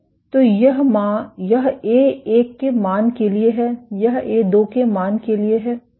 तो यह A1 के मान के लिए है यह A2 के मान के लिए है